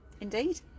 Indeed